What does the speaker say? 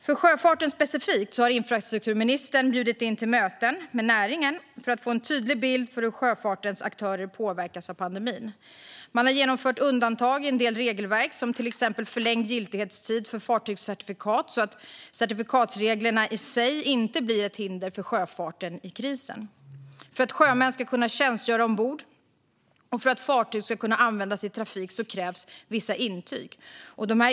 För sjöfarten specifikt har infrastrukturministern bjudit in till möten med näringen för att få en tydlig bild av hur sjöfartens aktörer påverkas av pandemin. Man har genomfört undantag i en del regelverk, till exempel förlängd giltighetstid för fartygscertifikat så att certifikatsreglerna i sig inte blir ett hinder för sjöfarten mitt i krisen. För att sjömän ska kunna tjänstgöra ombord och för att fartyg ska kunna användas i trafik krävs vissa intyg.